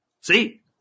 See